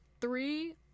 three